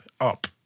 up